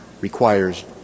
requires